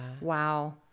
wow